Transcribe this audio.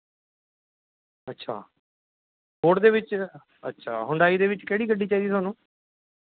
ਅੱਛਾ ਫੋਰਡ ਦੇ ਵਿੱਚ ਅੱਛਾ ਹੁੰਡਈ ਦੇ ਵਿੱਚ ਕਿਹੜੀ ਗੱਡੀ ਚਾਹੀਦੀ ਤੁਹਾਨੂੰ